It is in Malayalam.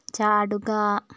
ചാടുക